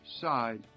side